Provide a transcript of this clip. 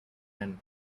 and